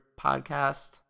podcast